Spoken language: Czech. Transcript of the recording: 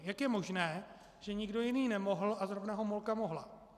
Jak je možné, že nikdo jiný nemohl a zrovna Homolka mohla?